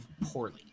poorly